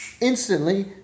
instantly